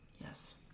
Yes